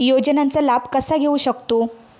योजनांचा लाभ कसा घेऊ शकतू?